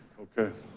okay,